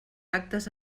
actes